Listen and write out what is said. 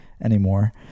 anymore